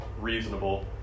reasonable